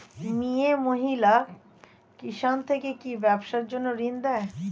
মিয়ে মহিলা কিষান থেকে কি ব্যবসার জন্য ঋন দেয়?